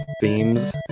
themes